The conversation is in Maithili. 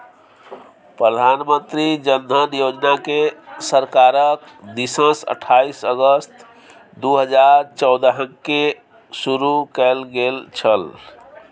प्रधानमंत्री जन धन योजनाकेँ सरकारक दिससँ अट्ठाईस अगस्त दू हजार चौदहकेँ शुरू कैल गेल छल